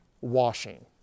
washing